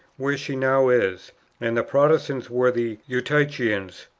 where she now is and the protestants were the eutychians.